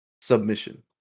submission